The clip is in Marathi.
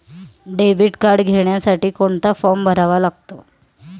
डेबिट कार्ड घेण्यासाठी कोणता फॉर्म भरावा लागतो?